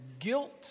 guilt